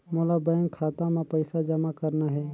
मोला बैंक खाता मां पइसा जमा करना हे?